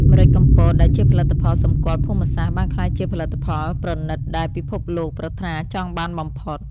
ម្រេចកំពតដែលជាផលិតផលសម្គាល់ភូមិសាស្ត្រ បានក្លាយជាផលិតផលប្រណីតដែលពិភពលោកប្រាថ្នាចង់បានបំផុត។